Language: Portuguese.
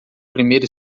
primeiro